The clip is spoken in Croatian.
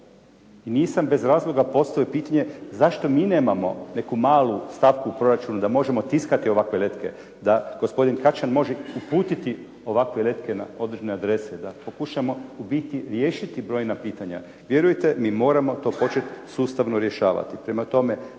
i nisam bez razloga postavio pitanje zašto mi nemamo neku malu stavku u proračunu da možemo tiskati ovakve letke, da gospodin Kačan može uputiti ovakve letke na određene adrese, da pokušamo u biti riješiti brojna pitanja. Vjerujte mi moramo to početi sustavno rješavati.